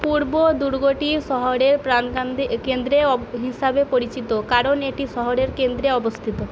পূর্ব দুর্গটি শহরের প্রাণকেন্দ্র কেন্দ্রে অব হিসাবে পরিচিত কারণ এটি শহরের কেন্দ্রে অবস্থিত